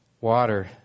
water